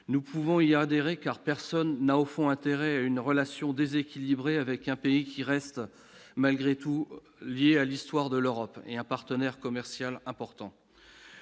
nous pouvons y adhérer, car personne n'a au fond intérêt une relation déséquilibrée avec un pays qui reste malgré tout lié à l'histoire de l'Europe est un partenaire commercial important